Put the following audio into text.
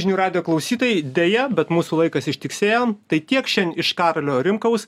žinių radijo klausytojai deja bet mūsų laikas ištiksėjom tai tiek šian iš karolio rimkaus